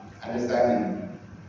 understanding